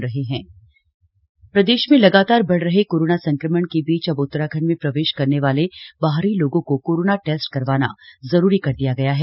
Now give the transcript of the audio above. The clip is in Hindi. बॉर्डर चेकिंग प्रदेश में लगातार बढ़ रहे कोरोना संक्रमण के बीच अब उत्तराखंड में प्रवेश करने वाले बाहरी लोगों को कोरोना टेस्ट करवाना जरूरी कर दिया गया है